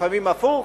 לפעמים הפוך,